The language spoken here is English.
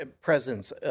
presence